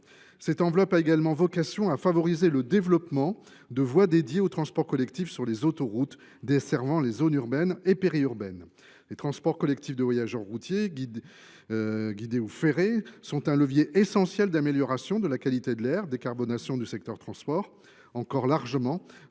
relais. Elle est également destinée à favoriser le développement de voies réservées au transport collectif sur les autoroutes desservant les zones urbaines et périurbaines. Les transports collectifs de voyageurs routiers, guidés ou ferrés sont un levier essentiel d’amélioration de la qualité de l’air et de décarbonation du secteur du transport, encore largement dominé